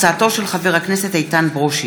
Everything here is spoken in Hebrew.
בעקבות דיון מהיר בהצעתם של חברי הכנסת איתן ברושי,